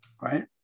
Right